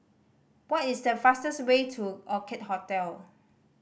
what is the fastest way to Orchid Hotel